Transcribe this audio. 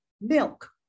milk